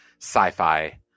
sci-fi